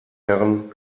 herren